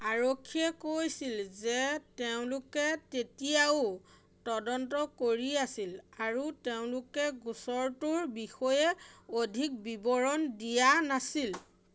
আৰক্ষীয়ে কৈছিল যে তেওঁলোকে তেতিয়াও তদন্ত কৰি আছিল আৰু তেওঁলোকে গোচৰটোৰ বিষয়ে অধিক বিৱৰণ দিয়া নাছিল